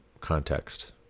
context